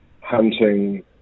hunting